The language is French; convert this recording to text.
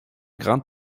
grande